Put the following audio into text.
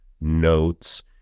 notes